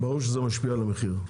ברור שזה משפיע על המחיר.